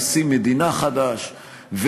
ואני אמשיך ואומר שכאשר השבענו כאן נשיא מדינה חדש,